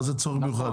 מה זה צורך מיוחד?